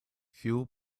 few